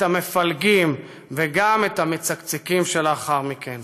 את המפלגים וגם את המצקצקים שלאחר מכן.